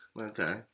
Okay